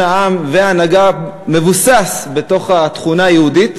העם וההנהגה מבוסס בתוך התכונה היהודית,